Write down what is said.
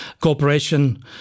cooperation